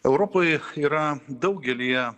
europoj yra daugelyje